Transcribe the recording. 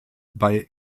bei